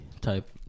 type